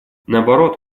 наоборот